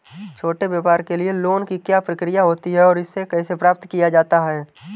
छोटे व्यापार के लिए लोंन की क्या प्रक्रिया होती है और इसे कैसे प्राप्त किया जाता है?